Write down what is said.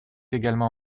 également